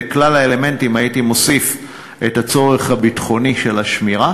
לכלל האלמנטים הייתי מוסיף את הצורך הביטחוני של השמירה.